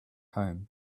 home